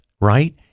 right